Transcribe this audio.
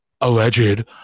alleged